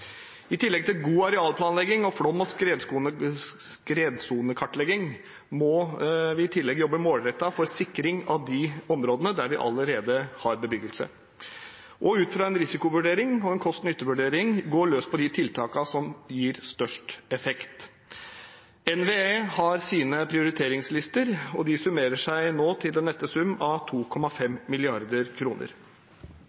I tillegg til å gjennomføre god arealplanlegging og flom- og skredsonekartlegging må vi i tillegg jobbe målrettet for sikring av de områdene der vi allerede har bebyggelse, og ut fra en risikovurdering og en kost-nytte-vurdering gå løs på de tiltakene som gir størst effekt. NVE har sine prioriteringslister, og de summerer seg nå til den nette sum av 2,5